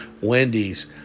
Wendy's